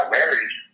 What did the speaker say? married